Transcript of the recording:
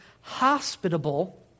hospitable